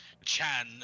Chan